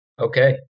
Okay